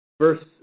Verse